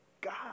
God